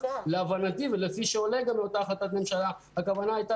להבנתי באותה החלטת ממשלה הכוונה הייתה